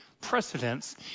precedence